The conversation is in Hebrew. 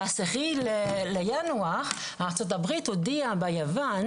ב-10 בינואר ארצות הברית הודיעה ביוון,